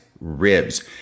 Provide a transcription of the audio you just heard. ribs